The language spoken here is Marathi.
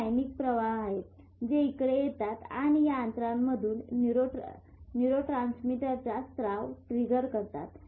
हे आयनिक प्रवाह आहेत जे इकडे येतात आणि या अंतरातून या न्यूरोट्रांसमीटरचा स्त्राव ट्रिगर करतात